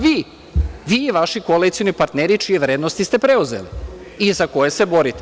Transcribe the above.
Vi i vaši koalicioni partneri, čije vrednosti ste preuzeli i za koje se borite.